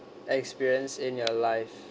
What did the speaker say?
experience in your life